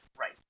Right